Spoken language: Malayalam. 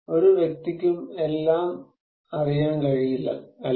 ഒരു വ്യക്തിക്കും എല്ലാം അറിയാൻ കഴിയില്ല അല്ലേ